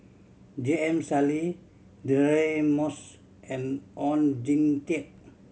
J M Sali Deirdre Moss and Oon Jin Teik